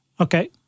Okay